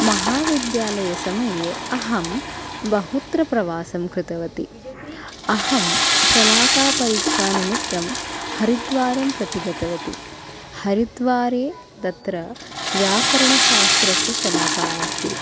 महाविद्यालयसमये अहं बहुत्र प्रवासं कृतवती अहं शलाकापरीक्षानिमित्तं हरिद्वारं प्रति गतवती हरिद्वारे तत्र व्याकरणशास्त्रस्य शलाका आसीत्